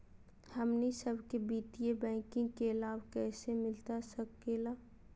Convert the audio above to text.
हमनी सबके वित्तीय बैंकिंग के लाभ कैसे मिलता सके ला?